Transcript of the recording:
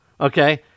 okay